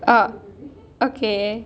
oh okay